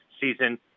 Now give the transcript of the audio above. season